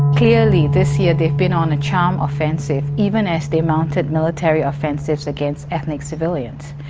clearly this year they've been on a charm offensive, even as they mounted military offensives against ethnic civilians.